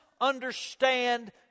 understand